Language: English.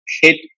hit